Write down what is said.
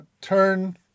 turn